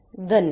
धन्यवाद